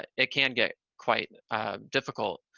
it it can get quite difficult.